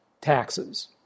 taxes